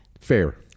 Fair